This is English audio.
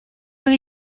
when